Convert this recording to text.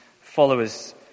followers